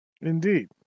Indeed